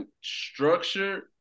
structured